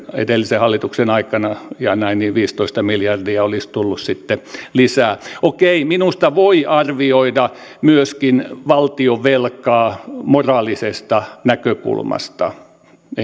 edellisen hallituksen aikana ja näin olisi viisitoista miljardia tullut sitten lisää okei minusta voi arvioida myöskin valtionvelkaa moraalisesta näkökulmasta